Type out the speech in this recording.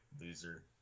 loser